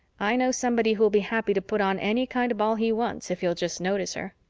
i know somebody who'll be happy to put on any kind of ball he wants, if he'll just notice her.